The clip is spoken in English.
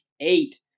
eight